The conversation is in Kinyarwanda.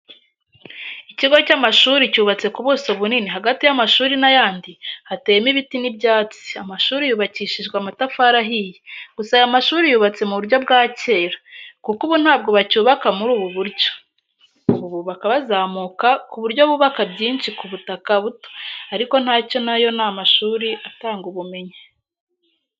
Ikigo cy'amashuri cyubatse ku buso bunini hagati y'amashuri n'ayandi, hateyemo ibiti n'ibyatsi, amashuri yubakishijwe amatafari ahiye, gusa aya mashuri yubatse mu buryo bwa cyera, kuko ubu ntabwo bacyubaka muri ubu buryo. Ubu bubaka bazamuka ku buryo bubaka byinshi ku butaka buto ariko ntacyo na yo ni amashuri atanga ubumenyi.